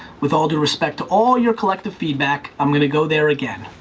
with all due respect to all your collective feedback, i'm going to go there again.